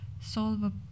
solve